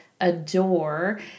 adore